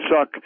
suck